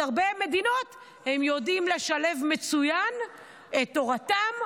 הרבה מדינות הם יודעים לשלב מצוין את תורתם,